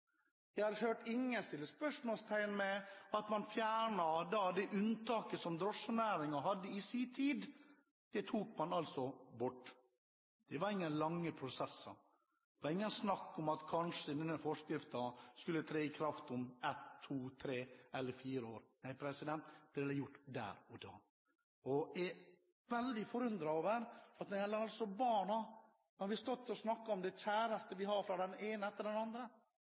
Jeg har ikke hørt noen sette spørsmålstegn ved at man fjernet det unntaket som drosjenæringen hadde i sin tid. Det tok man altså bort, og det var ingen lange prosesser. Det var ikke snakk om at denne forskriften kanskje skulle tre i kraft om ett, to, tre eller fire år. Nei, det ble gjort der og da. Jeg er veldig forundret over hvorfor vi ikke når det gjelder barna, når vi den ene etter den andre